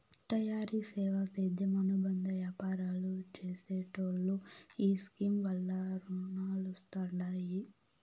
తయారీ, సేవా, సేద్యం అనుబంద యాపారాలు చేసెటోల్లో ఈ స్కీమ్ వల్ల రునాలొస్తండాయి